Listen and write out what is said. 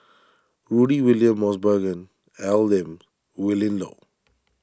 Rudy William Mosbergen Al Lim Willin Low